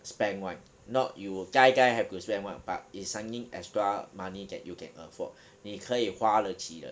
spend [one] not you will die die have to spend [one] but it's earning extra money that you can afford 你可以花的起的